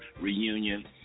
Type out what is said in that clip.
reunion